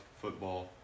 football